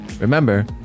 Remember